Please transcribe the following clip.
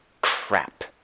crap